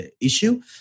issue